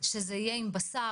שזה יהיה עם בשר.